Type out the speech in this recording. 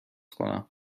کنم